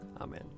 Amen